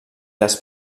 les